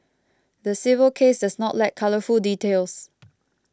the civil case does not lack colourful details